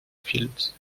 fields